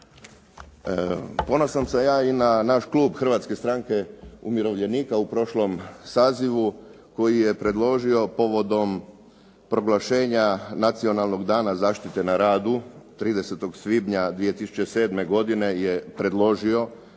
Ponosan sam ja i na naš klub Hrvatske stranke umirovljenika u prošlom sazivu koji je predložio povodom proglašenja Nacionalnog dana zaštite na radu. 30. svibnja je predložio